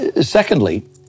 Secondly